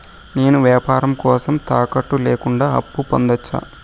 నేను వ్యాపారం కోసం తాకట్టు లేకుండా అప్పు పొందొచ్చా?